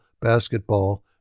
basketball